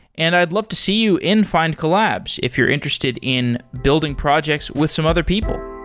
and i'd love to see you in findcollabs if you're interested in building projects with some other people